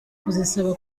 kuzisaba